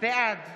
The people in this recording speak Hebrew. בעד